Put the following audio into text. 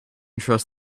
trust